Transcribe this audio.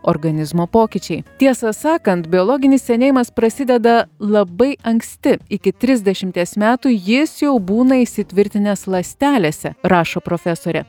organizmo pokyčiai tiesą sakant biologinis senėjimas prasideda labai anksti iki trisdešimties metų jis jau būna įsitvirtinęs ląstelėse rašo profesorė